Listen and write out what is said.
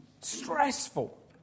stressful